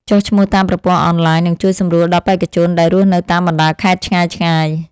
ចុះឈ្មោះតាមប្រព័ន្ធអនឡាញនឹងជួយសម្រួលដល់បេក្ខជនដែលរស់នៅតាមបណ្ដាខេត្តឆ្ងាយៗ។